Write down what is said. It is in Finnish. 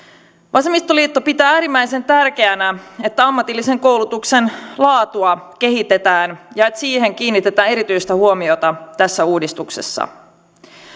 vasemmistoliitto pitää äärimmäisen tärkeänä että ammatillisen koulutuksen laatua kehitetään ja että siihen kiinnitetään erityistä huomiota tässä uudistuksessa